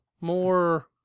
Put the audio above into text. more